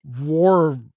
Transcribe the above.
war